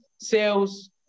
sales